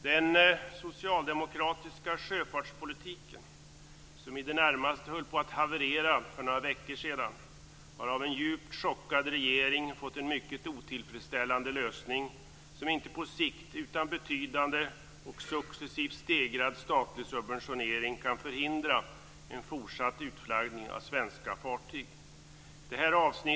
Den socialdemokratiska sjöfartspolitiken, som i det närmaste höll på att haverera för några veckor sedan, har av en djupt chockad regering fått en mycket otillfredsställande lösning som inte på sikt utan betydande och successivt stegrad statlig subventionering kan förhindra en fortsatt utflaggning av svenska fartyg. Fru talman!